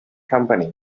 company